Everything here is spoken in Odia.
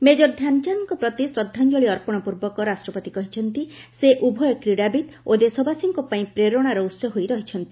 ମେଜର ଧ୍ୟାନଚାନ୍ଦଙ୍କ ପ୍ରତି ଶ୍ରଦ୍ଧାଞ୍ଜଳି ଅର୍ପଣ ପୂର୍ବକ ରାଷ୍ଟ୍ରପତି କହିଛନ୍ତି ସେ ଉଭୟ କ୍ରୀଡ଼ାବିତ୍ ଓ ଦେଶବାସୀଙ୍କ ପାଇଁ ପ୍ରେରଣାର ଉସ ହୋଇ ରହିଛନ୍ତି